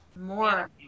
more